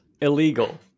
illegal